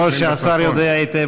כמו שהשר יודע היטב,